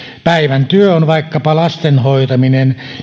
päivän työ on vaikkapa lasten hoitaminen